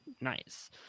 Nice